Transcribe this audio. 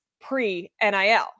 pre-NIL